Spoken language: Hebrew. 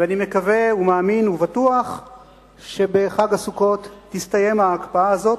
ואני מקווה ומאמין ובטוח שבחג הסוכות תסתיים ההקפאה הזאת,